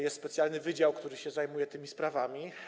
Jest specjalny wydział, który zajmuje się tymi sprawami.